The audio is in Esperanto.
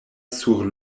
sur